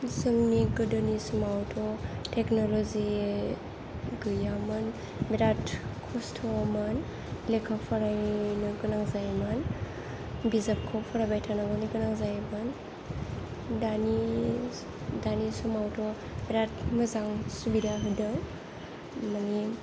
जोंनि गोदोनि समावथ' टेक्न'लजि गैयामोन बिराद खस्तमोन लेखा फरायनो गोनां जायोमोन बिजाबखौ फरायबाय थानांगौनि गोनां जायोमोन दानि समावथ' बिराद मोजां सुबिदा होदों माने